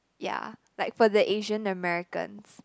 yeah like for the Asian Americans